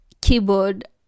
keyboard